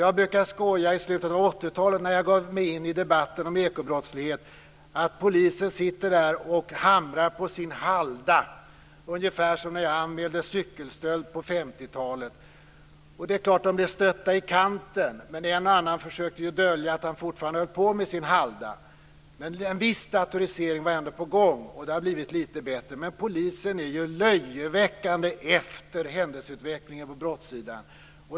Jag brukade i slutet av 80-talet när jag gav mig in i debatten om ekobrottslighet skoja om att polisen sitter och hamrar på sin Halda ungefär som när jag anmälde cykelstöld på 50-talet. Det är klart att de blev stötta i kanten, men en och annan försökte dölja att han fortfarande höll på med sin Halda. En viss datorisering var ändå på gång och det har blivit litet bättre. Men polisen är ju löjeväckande efter händelseutvecklingen på brottssidan.